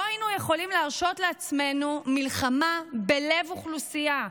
לא היינו יכולים להרשות לעצמנו מלחמה בלב אוכלוסייה,